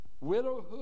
widowhood